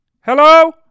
Hello